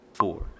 four